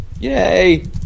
Yay